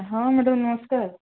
ହଁ ମ୍ୟାଡମ ନମସ୍କାର